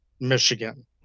Michigan